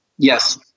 Yes